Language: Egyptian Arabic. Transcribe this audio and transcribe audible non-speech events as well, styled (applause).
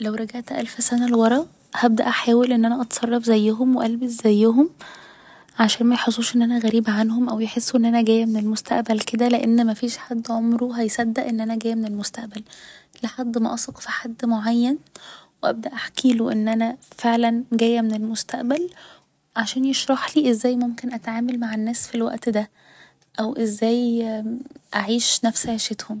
لو رجعت الف سنة لورا هبدأ احاول ان أنا أتصرف زيهم و البس زيهم عشان ميحسوش إن أنا غريبة عنهم او يحسوا إن أنا جاية من المستقبل كده لان مفيش حد عمره هيصدق ان أنا جاية من المستقبل لحد ما أثق في حد معين و ابدأ احكيله إن أنا فعلا جاية من المستقبل عشان يشرحلي ازاي ممكن أتعامل مع الناس في الوقت ده او ازاي (hesitation) أعيش نفس عشيتهم